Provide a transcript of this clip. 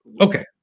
okay